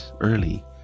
early